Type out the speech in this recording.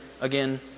again